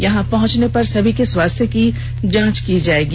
यहां पहंचने पर सभी के स्वास्थ्य की जांच की जायेगी